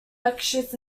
lectures